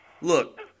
Look